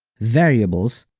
variables,